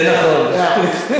זה נכון.